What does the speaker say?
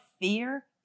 fear